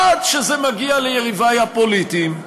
עד שזה מגיע ליריבי הפוליטיים.